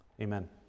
Amen